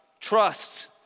Trust